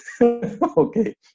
Okay